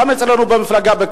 גם אצלנו בקדימה,